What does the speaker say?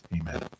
Amen